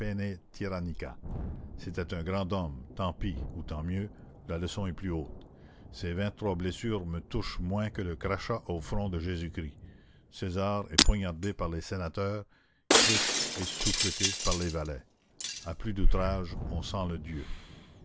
c'était un grand homme tant pis ou tant mieux la leçon est plus haute ses vingt-trois blessures me touchent moins que le crachat au front de jésus-christ césar est poignardé par les sénateurs christ est souffleté par les valets à plus d'outrage on sent le dieu